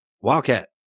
Wildcat